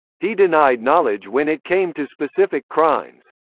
he denied knowledge when it came to specific crimes.